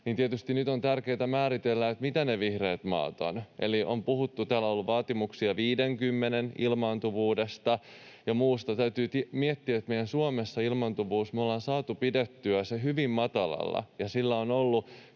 ja tietysti nyt on tärkeätä määritellä, mitä ne vihreät maat ovat. On puhuttu ja täällä on ollut vaatimuksia 50:n ilmaantuvuudesta ja muusta. Täytyy miettiä, että meidän Suomessamme ilmaantuvuus ollaan saatu pidettyä hyvin matalalla, ja sillä on ollut